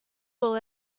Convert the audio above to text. will